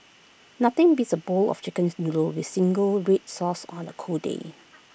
nothing beats A bowl of Chicken's noodles with single Red Sauce on A cold day